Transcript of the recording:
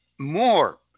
more